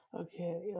Okay